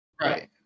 Right